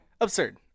absurd